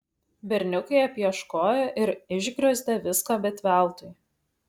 berniukai apieškojo ir išgriozdė viską bet veltui